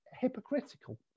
hypocritical